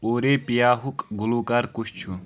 او رے پِیا ہُک گُلوکار کُس چھُ